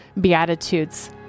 beatitudes